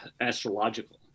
astrological